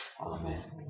Amen